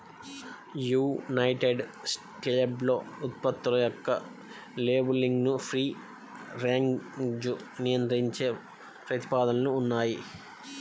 United స్టేట్స్లో ఉత్పత్తుల యొక్క లేబులింగ్ను ఫ్రీ రేంజ్గా నియంత్రించే ప్రతిపాదనలు ఉన్నాయి